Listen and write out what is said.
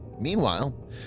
Meanwhile